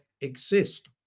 exist